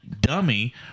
dummy